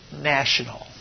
national